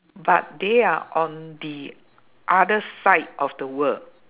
but they are on the other side of the world